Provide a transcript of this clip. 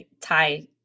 Thai